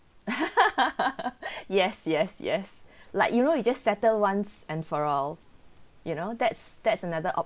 yes yes yes like you know you just settle once and for all you know that's that's another option